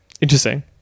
Interesting